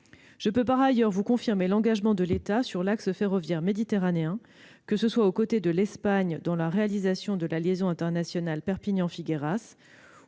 Je peux vous confirmer l'engagement de l'État sur l'axe ferroviaire méditerranéen, que ce soit aux côtés de l'Espagne, dans la réalisation de la liaison internationale Perpignan-Figueras,